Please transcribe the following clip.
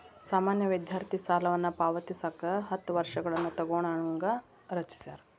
ಸಾಮಾನ್ಯ ವಿದ್ಯಾರ್ಥಿ ಸಾಲವನ್ನ ಪಾವತಿಸಕ ಹತ್ತ ವರ್ಷಗಳನ್ನ ತೊಗೋಣಂಗ ರಚಿಸ್ಯಾರ